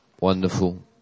Wonderful